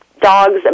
dogs